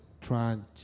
trying